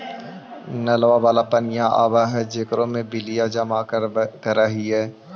नलवा वाला पनिया आव है जेकरो मे बिलवा जमा करहिऐ?